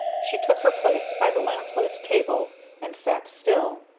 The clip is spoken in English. she took her place by the lamplit table and sat still.